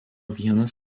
vienas